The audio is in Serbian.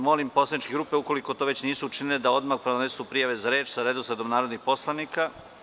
Molim poslaničke grupe, ukoliko to nisu učinile, da odmah podnesu prijave za reč sa redosledom narodnih poslanika.